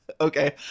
Okay